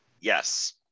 Yes